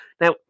Now